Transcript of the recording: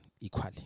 equally